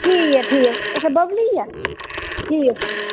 अच्छा ठीक ऐ ठीक ऐ बबली ऐ ठीक ऐ